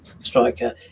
striker